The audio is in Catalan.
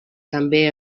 també